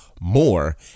more